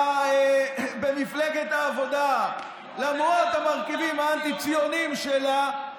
התבלבלת בין ציונות לבין